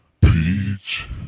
Peach